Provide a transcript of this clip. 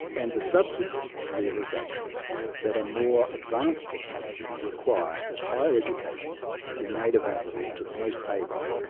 and the subsequent realization that a more advanced technology required that higher education be made available to the most able,